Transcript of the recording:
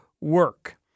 work